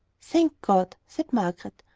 thank god! said margaret.